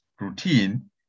routine